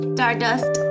Stardust